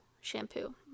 shampoo